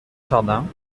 jardin